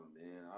man